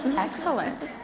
excellent.